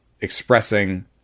expressing